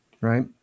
right